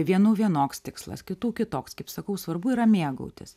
vienų vienoks tikslas kitų kitoks kaip sakau svarbu yra mėgautis